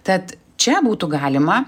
tad čia būtų galima